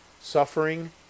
suffering